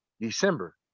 December